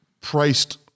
priced